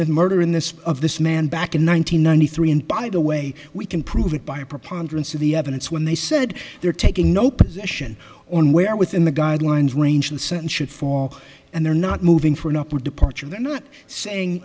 the murder in this of this man back in one nine hundred ninety three and by the way we can prove it by a preponderance of the evidence when they said they're taking no position or where within the guidelines range the sentence should fall and they're not moving for an upward departure they're not saying